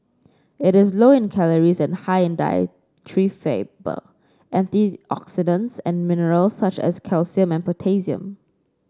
it is low in calories and high in dietary fibre and in antioxidants and minerals such as calcium and potassium